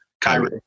Kyrie